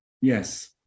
Yes